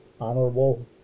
Honorable